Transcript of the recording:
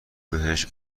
بهش